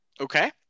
Okay